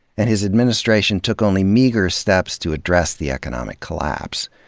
and his administration took only meager steps to address the economic collapse.